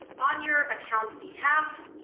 on your account's behalf,